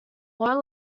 low